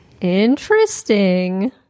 interesting